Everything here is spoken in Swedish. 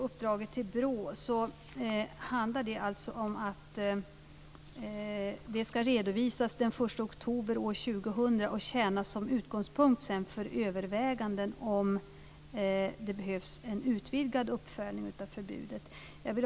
Uppdraget till BRÅ ska redovisas den 1 oktober år 2000 och sedan tjäna som utgångspunkt för överväganden om ifall det behövs en utvidgad uppföljning av förbudet.